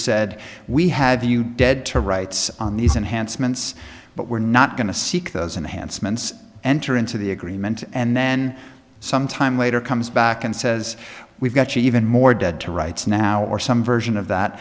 said we have you dead to rights on these enhanced minutes but we're not going to seek those enhanced minutes enter into the agreement and then sometime later comes back and says we've got even more dead to rights now or some version of that